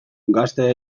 gazte